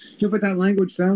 language